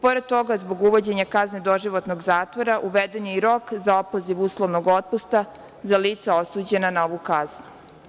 Pored toga, zbog uvođenja kazne doživotnog zatvora, uveden je i rok za opoziv uslovnog otpusta za lica osuđena na ovu kaznu.